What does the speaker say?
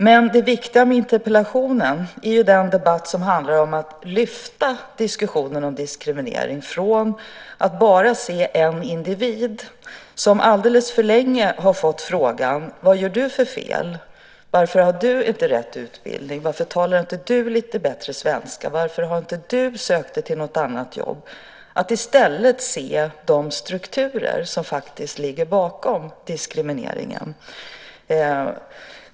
Men det viktiga med interpellationen är att lyfta debatten om diskriminering från en diskussion om en individ som alldeles för länge har fått frågorna: Vad gör du för fel? Varför har du inte rätt utbildning? Varför talar inte du lite bättre svenska? Varför har inte du sökt dig till något annat jobb? I stället bör vi se de strukturer som faktiskt ligger bakom diskrimineringen.